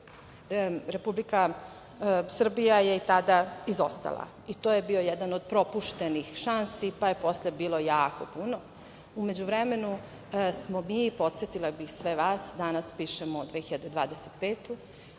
Republika Srbija je tada izostala, to je bila jedna od propuštenih šansi, pa je posle bilo jako puno.U međuvremenu smo mi, podsetila bih sve vas, danas pišemo 2025.